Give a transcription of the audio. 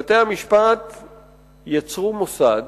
במהלך השנים בתי-המשפט יצרו מוסד